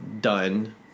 done